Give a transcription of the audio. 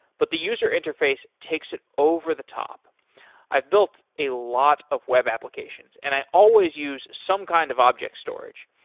but the user interface takes it over the top i've built a lot of web applications and i always use some kind of object storage.